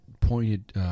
pointed